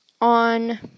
on